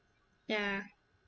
ya